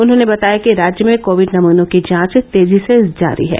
उन्होंने बताया कि राज्य में कोविड नमनों की जांच तेजी से जारी है